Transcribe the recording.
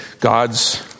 God's